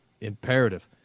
imperative